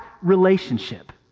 relationship